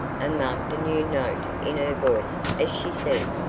and marked a new note in her voice as she said,